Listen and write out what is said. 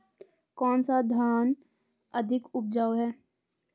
कौन सा धान अधिक उपजाऊ है?